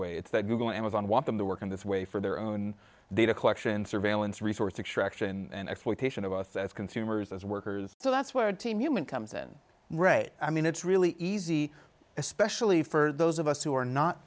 way it's that google amazon want them to work in this way for their own data collection surveillance resource extraction and exploitation of us as consumers as workers so that's where our team human comes in re i mean it's really easy especially for those of us who are not